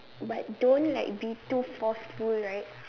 but don't like be too forceful right